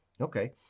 Okay